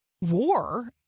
war